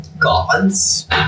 Gods